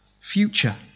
future